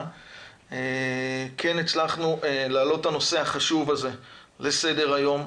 כן הצלחנו להעלות את הנושא החשוב הזה לסדר היום.